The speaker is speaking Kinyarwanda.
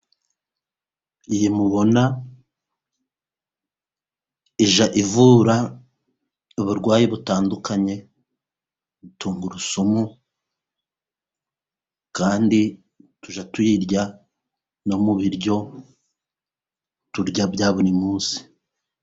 Iyi mubona ijya ivura uburwayi butandukanye, tungurusumu , kandi tujya tuyirya no mu biryo turya, bya buri munsi.